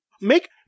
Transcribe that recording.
make